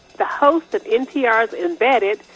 the host of npr's embedded,